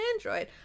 android